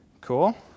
Cool